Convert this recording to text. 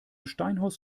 steinhaus